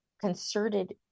concerted